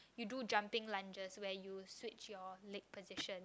you do jumping lunches where you switch your leg position